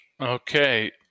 Okay